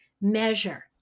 measure